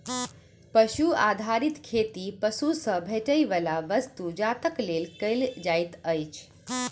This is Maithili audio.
पशु आधारित खेती पशु सॅ भेटैयबला वस्तु जातक लेल कयल जाइत अछि